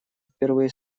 впервые